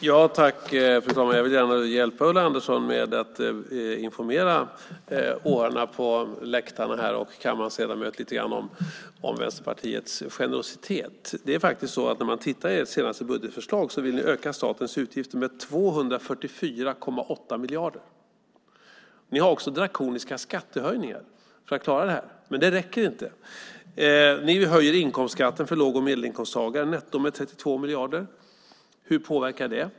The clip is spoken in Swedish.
Fru talman! Jag vill gärna hjälpa Ulla Andersson med att informera åhörarna här på läktaren och kammarens ledamöter lite grann om Vänsterpartiets generositet. När man tittar i ert senaste budgetförslag ser man att ni vill öka statens utgifter med 244,8 miljarder. Ni har också drakoniska skattehöjningar för att klara det här, men det räcker inte. Ni höjer inkomstskatten för låg och medelinkomsttagare med 32 miljarder netto. Hur påverkar det?